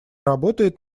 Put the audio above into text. работает